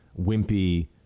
wimpy